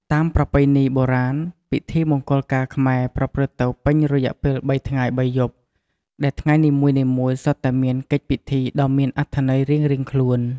តាមប្រពៃណីបុរាណ ពិធីមង្គលការខ្មែរប្រព្រឹត្តទៅពេញរយៈពេលបីថ្ងៃបីយប់ ដែលថ្ងៃនីមួយៗសុទ្ធតែមានកិច្ចពិធីដ៏មានអត្ថន័យរៀងៗខ្លួន។